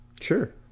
sure